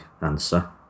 answer